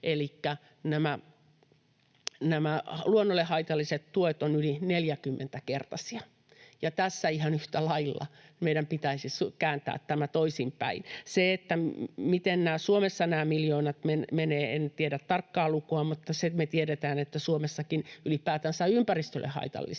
luonnolle haitalliset tuet ovat yli 40-kertaisia, ja tässä ihan yhtä lailla meidän pitäisi kääntää tämä toisinpäin. Miten Suomessa nämä miljoonat menevät, en tiedä tarkkaa lukua, mutta se me tiedetään, että Suomessakin ylipäätänsä ympäristölle haitallisia